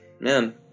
man